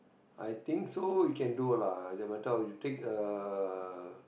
I think so you can do lah better or you take a